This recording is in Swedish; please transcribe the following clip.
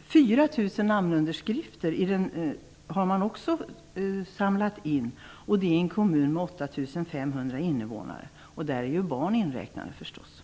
4 000 namnunderskrifter har också samlats in, och det i en kommun med 8 500 invånare. Däri är ju barnen inräknade förstås.